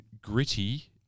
gritty